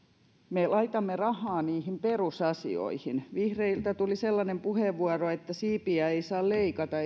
me laitamme rahaa perusasioihin vihreiltä tuli sellainen puheenvuoro että siipiä ei saa leikata